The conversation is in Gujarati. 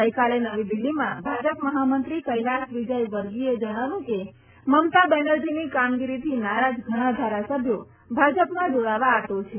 ગઈકાલે નવી દિલ્હીમાં ભાજપ મહામંત્રી કેલાસ વિજય વર્ગીયે જણાવ્યું કે મમતા બેનરજીની કામગીરીથી નારાજ ઘણા ધારાસભ્યો ભાજપમાં જોડાવા આતુર છે